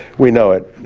we know it